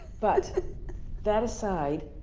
but that aside,